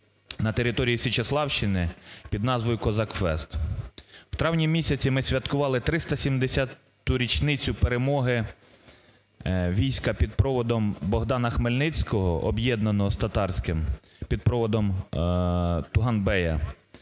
на території Січеславщини під назвою "Козак-фест". В травні-місяці ми святкували 370 річницю перемоги війська під проводом Богдана Хмельницького, об'єднаного з татарським, під проводом Тугай-Бея,